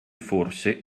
forse